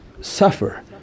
suffer